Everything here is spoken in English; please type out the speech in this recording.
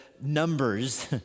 Numbers